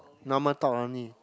normal talk only